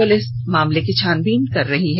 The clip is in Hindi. पुलिस मामले की छानबीन कर रही है